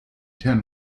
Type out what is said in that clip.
ten